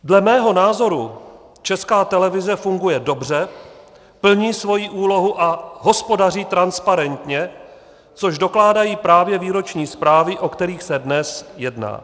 Dle mého názoru Česká televize funguje dobře, plní svoji úlohu a hospodaří transparentně, což dokládají právě výroční zprávy, o kterých se dnes jedná.